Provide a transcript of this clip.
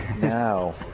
now